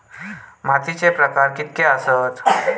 मातीचे प्रकार कितके आसत?